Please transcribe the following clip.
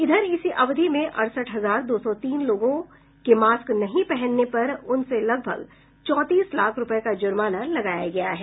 इधर इसी अवधि में अड़सठ हजार दो सौ तीन लोगों के मास्क नहीं पहनने पर उनसे लगभग चौंतीस लाख रूपये का जुर्माना लगाया गया है